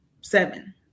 seven